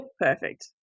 Perfect